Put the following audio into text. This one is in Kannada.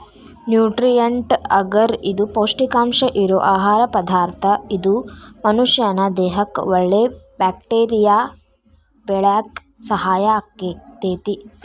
ನ್ಯೂಟ್ರಿಯೆಂಟ್ ಅಗರ್ ಇದು ಪೌಷ್ಟಿಕಾಂಶ ಇರೋ ಆಹಾರ ಪದಾರ್ಥ ಇದು ಮನಷ್ಯಾನ ದೇಹಕ್ಕಒಳ್ಳೆ ಬ್ಯಾಕ್ಟೇರಿಯಾ ಬೆಳ್ಯಾಕ ಸಹಾಯ ಆಗ್ತೇತಿ